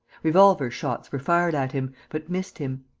revolver-shots were fired at him, but missed him.